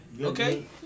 Okay